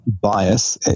bias